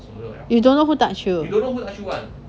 you don't know who touch you